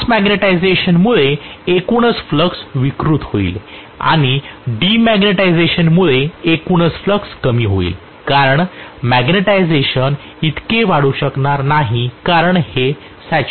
cross मॅग्नेटिझेशनमुळे एकूणच flux विकृत होईल आणि डीमॅग्नेटायझेशनमुळे एकूणच फ्लक्स कमी होईल कारण मॅग्निटायझेशन इतके वाढू शकणार नाही कारण हे सेचूरेशन असेल